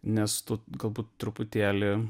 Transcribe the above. nes tu galbūt truputėlį